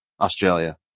Australia